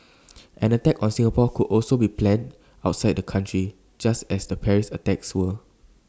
an attack on Singapore could also be planned outside the country just as the Paris attacks were